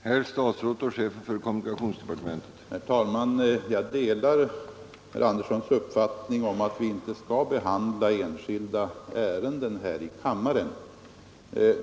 Herr talman! Jag delar herr Anderssons i Nybro uppfattning att vi inte skall behandla enskilda ärenden här i kammaren.